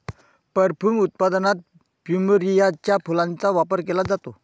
perfume उत्पादनात प्लुमेरियाच्या फुलांचा वापर केला जातो